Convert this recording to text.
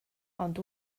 ond